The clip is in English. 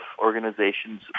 organizations